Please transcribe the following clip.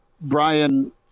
Brian